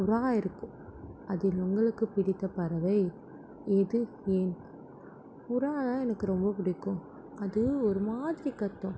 புறா இருக்குது அதில் உங்களுக்கு பிடித்த பறவை எது ஏன் புறாதான் எனக்கு ரொம்ப பிடிக்கும் அது ஒருமாதிரி கத்தும்